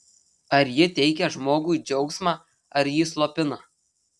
ar ji teikia žmogui džiaugsmą ar jį slopina